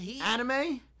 Anime